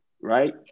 right